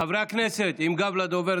חברי הכנסת עם גב לדובר,